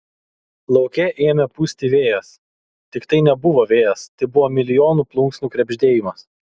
lauke ėmė pūsti vėjas tik tai nebuvo vėjas tai buvo milijonų plunksnų krebždėjimas